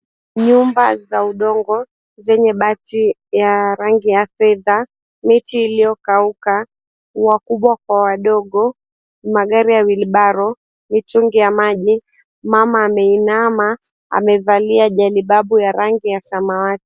Nyumba za udongo, zenye bati ya rangi ya fedha. Miti iliyokauka, wakubwa kwa wadogo, magari ya wheelbarrow , mitungi ya maji, mama ameinama amevalia janibabu ya rangi ya samawati.